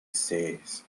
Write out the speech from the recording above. says